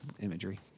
imagery